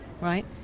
right